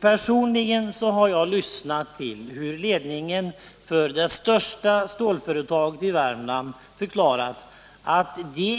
Personligen har jag lyssnat till hur ledningen för det största stålföretaget i Värmland förklarat, att det